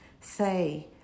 say